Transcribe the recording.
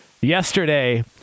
Yesterday